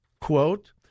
quote